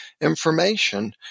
information